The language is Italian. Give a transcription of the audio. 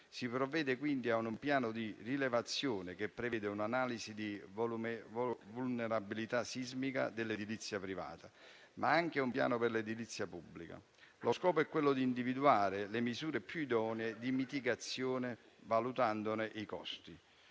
si provvede, quindi, a un piano di rilevazione, che prevede un'analisi di vulnerabilità sismica dell'edilizia privata, ma anche a un piano per l'edilizia pubblica. Lo scopo è quello di individuare le misure più idonee di mitigazione, valutandone i costi.